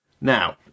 Now